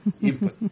input